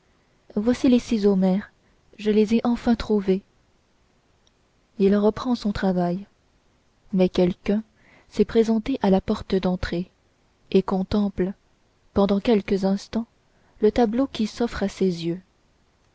voici les ciseaux mère je les ai enfin trouvés il reprend son travail mais quelqu'un s'est présenté à la porte d'entrée et contemple pendant quelques instants le tableau qui s'offre à ses yeux